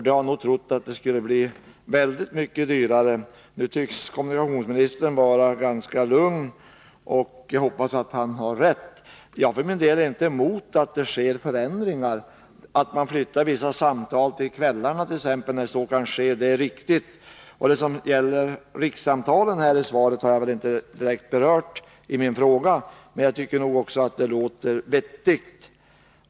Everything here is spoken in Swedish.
De har nog trott att det skulle bli väldigt mycket dyrare. Nu tycks kommunikationsministern vara ganska lugn, och jag hoppas att han har rätt. Jag för min del är inte emot att det sker förändringar. Att mant.ex. flyttar vissa samtal till kvällarna när så kan ske är riktigt. Rikssamtalen har jag väl inte direkt berört i min fråga, men jag tycker nog också att det nya systemet låter vettigt.